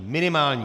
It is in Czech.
Minimální.